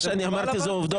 מה שאני אמרתי זה עובדות,